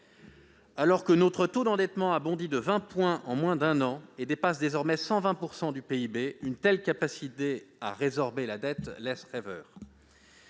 Alors que notre taux d'endettement a bondi de 20 points en moins d'un an et qu'il dépasse désormais 120 % du PIB, une telle capacité à résorber la dette laisse rêveur.